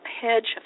hedge